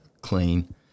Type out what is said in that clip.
clean